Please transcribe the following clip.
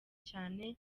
cyane